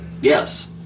yes